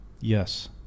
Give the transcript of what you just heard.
yes